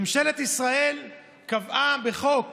ממשלת ישראל קבעה בחוק